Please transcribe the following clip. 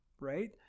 right